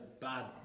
bad